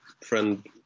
friend